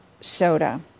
soda